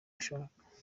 ushaka